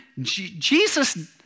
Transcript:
Jesus